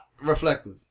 reflective